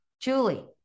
Julie